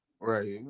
Right